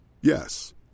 Yes